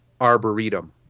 Arboretum